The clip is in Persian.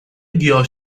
گیاه